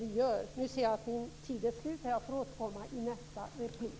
Jag ser att min talartid är slut, så jag får återkomma i nästa replik.